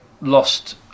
lost